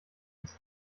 ins